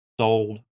sold